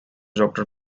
doctor